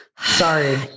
Sorry